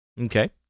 Okay